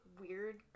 weird